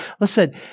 Listen